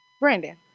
Brandon